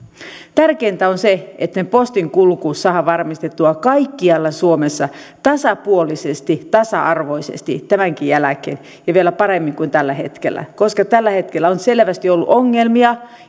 tärkeintä on se että postin kulku saadaan varmistettua kaikkialla suomessa tasapuolisesti tasa arvoisesti tämänkin jälkeen ja vielä paremmin kuin tällä hetkellä koska tällä hetkellä on selvästi ollut ongelmia